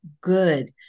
good